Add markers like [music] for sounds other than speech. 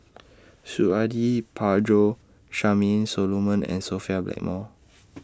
Suradi Parjo Charmaine Solomon and Sophia Blackmore [noise]